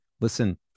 listen